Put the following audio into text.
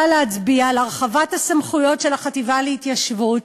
להצביע על הרחבת הסמכויות של החטיבה להתיישבות,